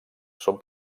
són